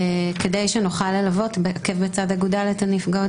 כדי שנוכל ללוות עקב בצד אגודל את הנפגעות